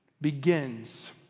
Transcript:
begins